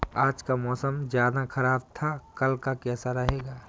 आज का मौसम ज्यादा ख़राब था कल का कैसा रहेगा?